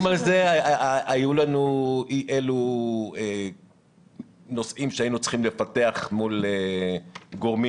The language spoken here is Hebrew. היו לנו אי אילו נושאים שהיינו צריכים לפתח מול גורמים